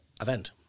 event